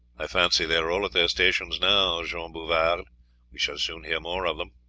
i fancy they are all at their stations now, jean bouvard we shall soon hear more of them.